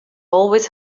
always